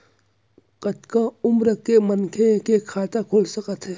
कतका उमर के मनखे के खाता खुल सकथे?